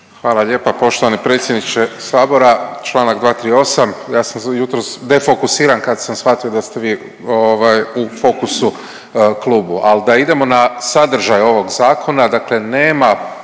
Hvala lijepa poštovani predsjedniče Sabora. Čl. 238, ja sam jutros defokusiran kad sam shvatio da ste vi ovaj, u fokusu klubu, ali da idemo na sadržaj ovog Zakona,